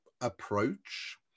approach